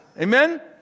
Amen